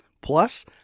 Plus